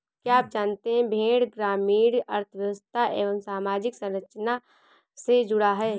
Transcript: क्या आप जानते है भेड़ ग्रामीण अर्थव्यस्था एवं सामाजिक संरचना से जुड़ा है?